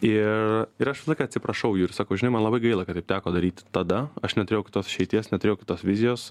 ir ir aš visą laiką atsiprašau jų ir sakau žinai man labai gaila kad taip teko daryti tada aš neturėjau kitos išeities neturėjau kitos vizijos